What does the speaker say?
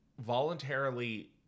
voluntarily